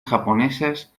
japonesas